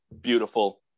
beautiful